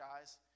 guys